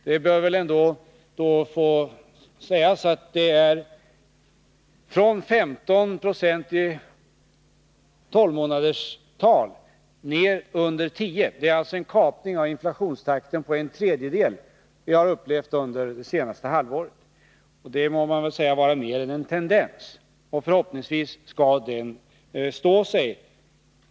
Det bör väl då ändå få sägas att det är en minskning från 15 till under 10 96. Det är alltså en dämpning av inflationstakten med en tredjedel under det senaste halvåret. Det må väl anses vara mer än en tendens. Förhoppningsvis skall denna trend bestå.